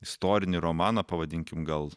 istorinį romaną pavadinkim gal